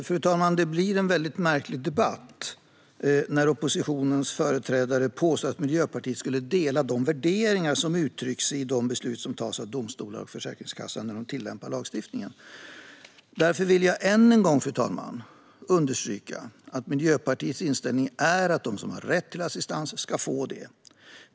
Fru talman! Det blir en märklig debatt när oppositionens företrädare påstår att Miljöpartiet skulle dela de värderingar som uttrycks i besluten som fattas av domstolar och Försäkringskassan när de tillämpar lagstiftningen. Därför vill jag än en gång, fru talman, understryka att Miljöpartiets inställning är att de som har rätt till assistans ska få det.